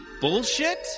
bullshit